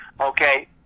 Okay